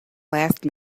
last